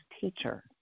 teacher